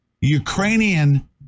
Ukrainian